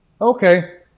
Okay